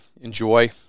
enjoy